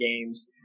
games